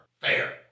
Fair